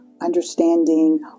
understanding